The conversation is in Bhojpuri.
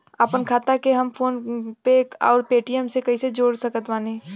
आपनखाता के हम फोनपे आउर पेटीएम से कैसे जोड़ सकत बानी?